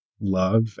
love